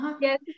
Yes